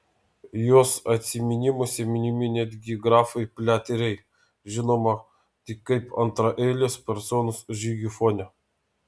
jos atsiminimuose minimi netgi grafai pliateriai žinoma tik kaip antraeilės personos žygių fone